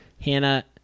Hannah